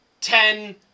ten